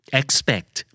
expect